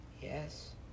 yes